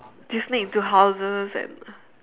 do you sneak into houses and